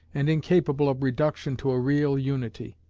and incapable of reduction to a real unity.